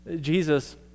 Jesus